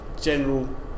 General